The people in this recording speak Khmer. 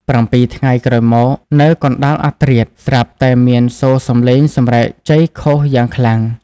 ៧ ថ្ងៃក្រោយមក នៅកណ្ដាលអាធ្រាត្រ ស្រាប់តែមានសូរសម្លេងសម្រែកជ័យឃោសយ៉ាងខ្លាំង។